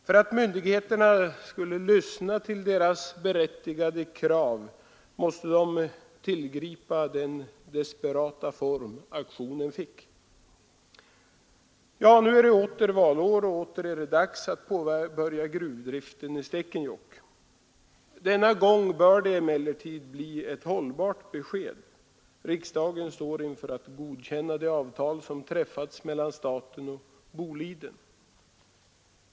För att myndigheterna skulle lyssna till de berättigade kraven måste människorna tillgripa den desperata form aktionen fick. Nu är det åter valår och åter är det dags att påbörja gruvdriften i Stekenjokk. Denna gång bör det emellertid bli ett hållbart besked. Riksdagen står inför att godkänna det avtal som träffats mellan staten och Boliden.